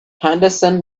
henderson